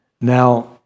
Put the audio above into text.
Now